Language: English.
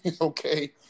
Okay